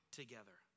together